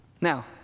Now